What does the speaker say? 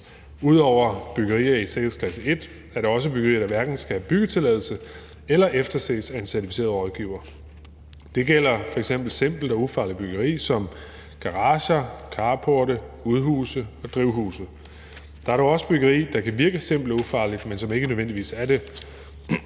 Ud over byggerier i sikkerhedsklasse 1 er der også byggerier, der hverken skal have byggetilladelse eller efterses af en certificeret rådgiver. Det gælder f.eks. simpelt og ufarligt byggeri som garager, carporte, udhuse og drivhuse. Der er dog også byggeri, der kan virke simpelt og ufarligt, men som ikke nødvendigvis er det.